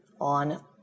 on